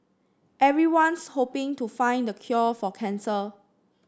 everyone's hoping to find the cure for cancer